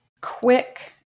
quick